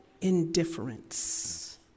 indifference